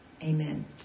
Amen